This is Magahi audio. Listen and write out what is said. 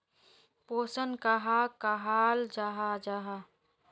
पोषण कहाक कहाल जाहा जाहा?